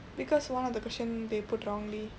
because one of the question they put wrongly